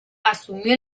asumió